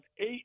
eight